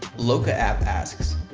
loca app asks,